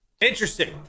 Interesting